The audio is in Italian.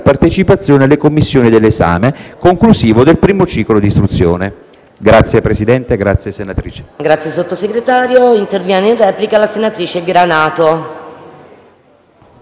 partecipazione alle commissioni dell'esame conclusivo del primo ciclo di istruzione.